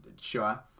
sure